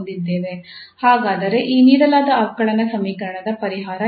ಹಾಗಾದರೆ ಈ ನೀಡಲಾದ ಅವಕಲನ ಸಮೀಕರಣದ ಪರಿಹಾರ ಯಾವುದು